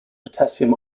potassium